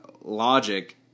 Logic